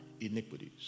iniquities